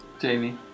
Jamie